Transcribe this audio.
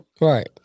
Right